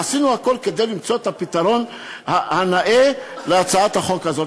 עשינו הכול כדי למצוא את הפתרון הנאה להצעת החוק הזאת,